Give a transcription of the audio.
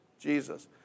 Jesus